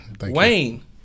Wayne